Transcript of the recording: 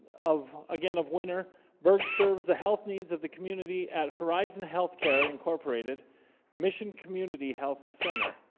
of again of winner berg serves the health needs of the community at horizon health care incorporated mission community health center